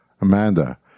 Amanda